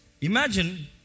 Imagine